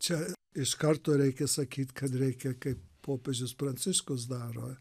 čia iš karto reikia sakyt kad reikia kaip popiežius pranciškus daro